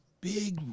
big